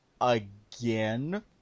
again